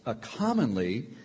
commonly